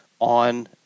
on